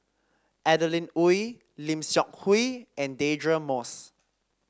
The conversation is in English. Adeline Ooi Lim Seok Hui and Deirdre Moss